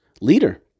leader